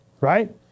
Right